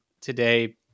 today